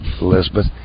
Elizabeth